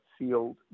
sealed